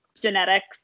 genetics